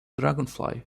dragonfly